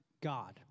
God